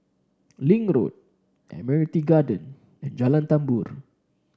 Link Road Admiralty Garden and Jalan Tambur